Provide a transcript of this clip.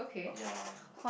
ya